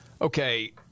okay